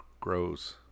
grows